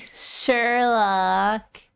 Sherlock